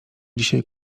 dzisiaj